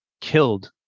killed